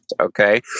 Okay